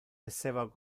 esseva